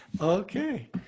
okay